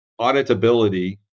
auditability